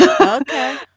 Okay